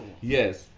Yes